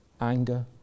anger